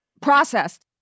processed